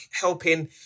helping